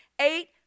eight